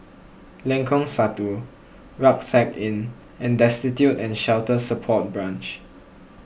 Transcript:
Lengkong Satu Rucksack Inn and Destitute and Shelter Support Branch